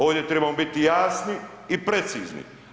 Ovdje trebamo biti jasni i precizni.